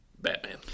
Batman